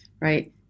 right